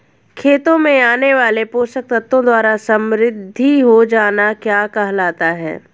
खेतों में आने वाले पोषक तत्वों द्वारा समृद्धि हो जाना क्या कहलाता है?